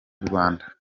rwanda